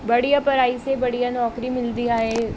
बढ़िया पढ़ाई से बढ़िया नौकिरी मिलंदी आहे